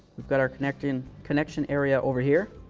we've got our connection connection area over here.